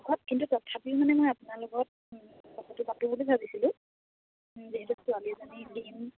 খুব কিন্তু তথাপিও মানে মই আপোনাৰ লগত কথাটো পাতোঁ বুলি ভাবিছিলোঁ যিহেতু ছোৱালীজনী দিম